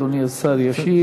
אדוני השר ישיב.